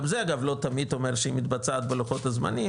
גם זה אגב לא תמיד אומר שהיא מתבצעת בלוחות הזמנים,